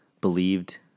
believed